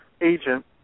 agent